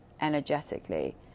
energetically